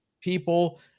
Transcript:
people